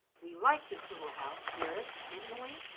we liked this little house, dearest, didn't we?